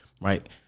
right